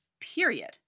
period